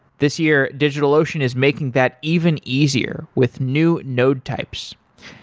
this year, digitalocean is making that even easier with new node types.